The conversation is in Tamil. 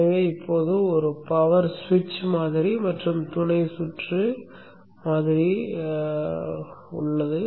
எனவே இப்போது பவர் சுவிட்ச் மாதிரி மற்றும் துணை சுற்று மாதிரி உள்ளது